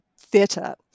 theatre